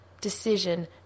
decision